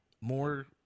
more